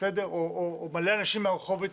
או הרבה אנשים מהרחוב להתנגד.